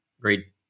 Great